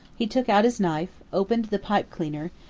he took out his knife, opened the pipe cleaner,